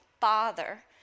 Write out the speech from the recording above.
father